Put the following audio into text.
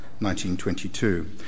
1922